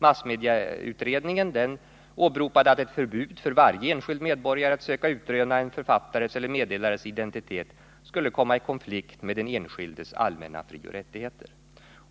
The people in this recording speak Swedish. Massmedieutredningen åberopade att ett förbud för varje enskild medborgare att söka utröna en författares eller meddelares identitet skulle komma i konflikt med den enskildes allmänna frioch rättigheter.